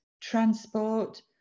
transport